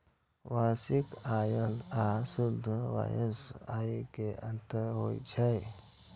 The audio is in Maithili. वार्षिक आय आ शुद्ध वार्षिक आय मे अंतर होइ छै